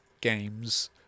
games